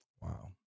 Wow